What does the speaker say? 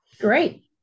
great